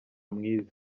mwiza